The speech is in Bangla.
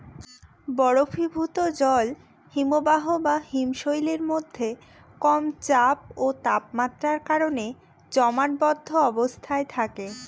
বরফীভূত জল হিমবাহ বা হিমশৈলের মধ্যে কম চাপ ও তাপমাত্রার কারণে জমাটবদ্ধ অবস্থায় থাকে